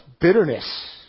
bitterness